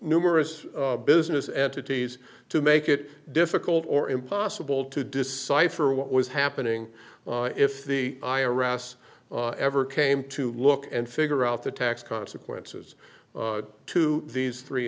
numerous business entities to make it difficult or impossible to decipher what was happening if the i r s ever came to look and figure out the tax consequences to these three